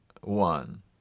one